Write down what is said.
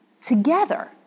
together